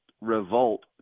Revolt